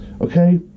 okay